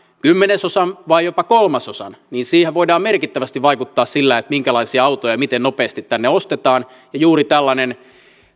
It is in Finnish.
kymmenesosan vai jopa kolmasosan voidaan merkittävästi vaikuttaa sillä minkälaisia autoja ja miten nopeasti tänne ostetaan ja juuri tällainen